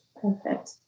perfect